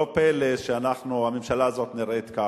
לא פלא שהממשלה הזאת נראית ככה.